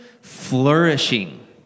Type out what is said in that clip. flourishing